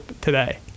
today